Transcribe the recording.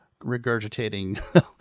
regurgitating